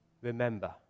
Remember